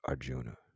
Arjuna